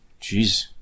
Jeez